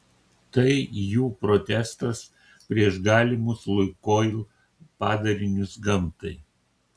tai jų protestas prieš galimus lukoil padarinius gamtai